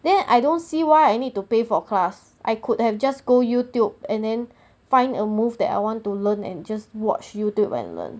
then I don't see why I need to pay for class I could have just go youtube and then find a move that I want to learn and just watch youtube and learn